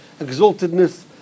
exaltedness